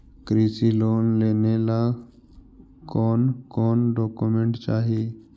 कृषि लोन लेने ला कोन कोन डोकोमेंट चाही?